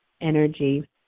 energy